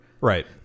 right